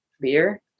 beer